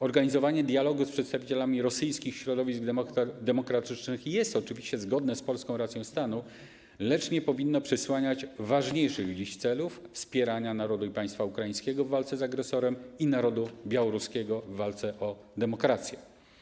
Organizowanie dialogu z przedstawicielami rosyjskich środowisk demokratycznych jest oczywiście zgodne z polską racją stanu, lecz nie powinno przysłaniać ważniejszych dziś celów: wspierania narodu i państwa ukraińskiego w walce z agresorem i narodu białoruskiego w walce o demokrację.